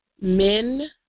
men